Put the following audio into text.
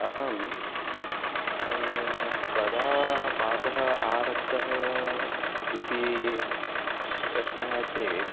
अहं कदा पाकः आरब्धः इति प्रश्नः चेत्